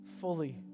fully